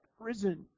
prison